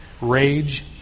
rage